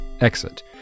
exit